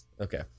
Okay